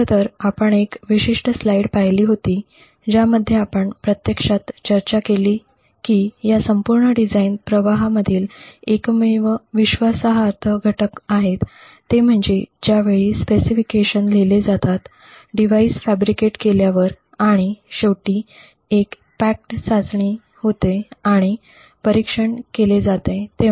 खरं तर आपण एक विशिष्ट स्लाइड पाहिली होती ज्यामध्ये आपण प्रत्यक्षात चर्चा केली की या संपूर्ण डिझाइन प्रवाहामधील एकमेव विश्वासार्ह घटक आहेत ते म्हणजे ज्यावेळेस स्पेसिफिकेशन लिहिले जातात डिव्हाइस फॅब्रिकेट केल्यावर आणि शेवटी एक पॅकेज्ड चाचणी होते आणि परीक्षण केले जाते तेव्हा